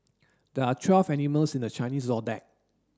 there are twelve animals in the Chinese